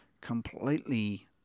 completely